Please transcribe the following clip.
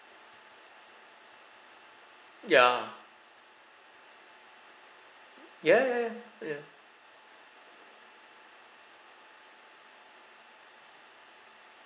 ya ya ya ya uh ya